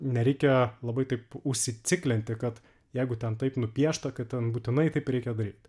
nereikia labai taip užsiciklinti kad jeigu ten taip nupiešta kad ten būtinai taip reikia daryt